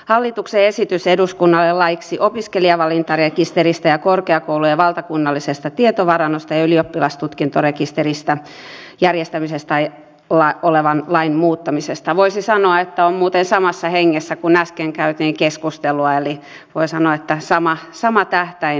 hallituksen esitys eduskunnalle laeiksi opiskelijavalintarekisteristä ja korkeakoulujen valtakunnallisesta tietovarannosta ja ylioppilastutkintorekisterin järjestämisestä olevan lain muuttamisesta voisi sanoa että on muuten samassa hengessä kuin äsken käytiin keskustelua eli voi sanoa että sama tähtäin